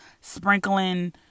sprinkling